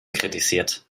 kritisiert